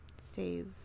save